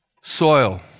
Soil